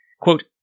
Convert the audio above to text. Quote